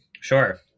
sure